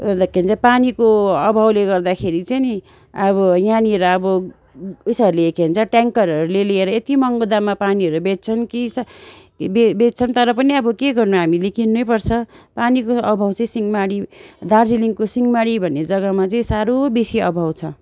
के भन्छ पानीको अभावले गर्दाखेरि चाहिँ नि अब यहाँनिर अब उयसहरूले के भन्छ ट्याङ्करहरूले ल्याएर यति महँगो दाममा पानीहरू बेच्छ बेच्छन् कि बेच्छन् तर पनि अब के गर्नु हामीले किन्नै पर्छ पानीको अभाव चाह्जी सिँहमारी दार्जिलिङको सिँहमारी भन्ने जग्गामा चाहिँ साह्रो बेसी अभाव छ